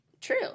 true